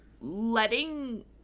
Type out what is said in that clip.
letting